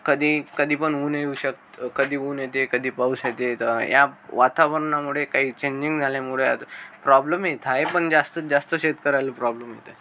कधी कधी पण ऊन येऊ शक् कधी ऊन येते कधी पाऊस येते तर या वातावरणामुळे काही चेंजिंग झाल्यामुळे आता प्रॉब्लम येत आहे पण जास्तत जास्त शेतकऱ्याल प्रॉब्लेम येत आहे